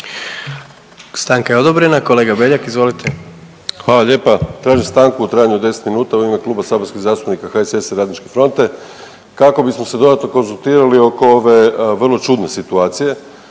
Stanka je odobrena. Kolega Beljak izvolite. **Beljak, Krešo (HSS)** Hvala lijepa. Tražim stanku u trajanju od 10 minuta u ime Kluba saborskih zastupnika HSS-a i RF-a kako bismo se dodatno konzultirali oko ove vrlo čudne situacije,